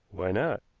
why not?